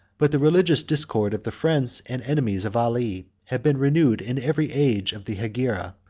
but the religious discord of the friends and enemies of ali has been renewed in every age of the hegira,